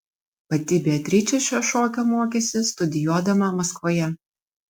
pati beatričė šio šokio mokėsi studijuodama maskvoje